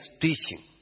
teaching